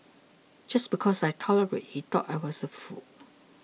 just because I tolerated he thought I was a fool